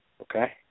okay